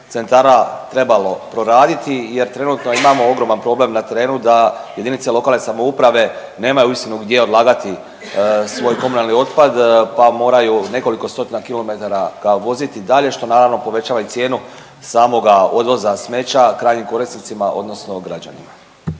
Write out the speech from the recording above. centara trebalo proraditi jer trenutno imamo ogroman problem na terenu da jedinice lokalne samouprave nemaju uistinu gdje odlagati svoj komunalni otpad pa moraju nekoliko stotina kilometara ga voziti dalje što naravno povećava i cijenu samoga odvoza smeća krajnjim korisnicima odnosno građanima.